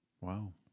Wow